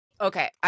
Okay